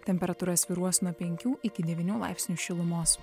temperatūra svyruos nuo penkių iki devynių laipsnių šilumos